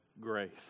grace